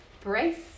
Brace